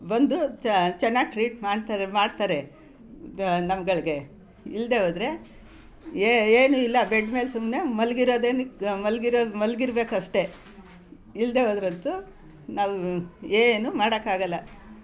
ಬಂದು ಚಾ ಚೆನ್ನಾಗ್ ಟ್ರೀಟ್ ಮಾಡ್ತಾರೆ ಮಾಡ್ತಾರೆ ನಮ್ಗಳಿಗೆ ಇಲ್ಲದೇ ಹೋದ್ರೆ ಏನು ಇಲ್ಲ ಬೆಡ್ ಮೇಲೆ ಸುಮ್ಮನೆ ಮಲಗಿರೋದೇನಕ್ಕೆ ಮಲಗಿರೊ ಮಲಗಿರ್ಬೇಕಷ್ಟೆ ಇಲ್ಲದೇ ಹೋದ್ರಂತು ನಾವು ಏನು ಮಾಡೋಕ್ ಆಗೋಲ್ಲ